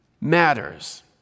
matters